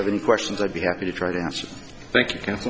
have any questions i'd be happy to try to answer thank you